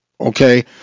okay